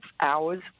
hours